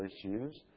issues